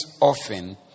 often